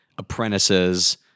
Apprentices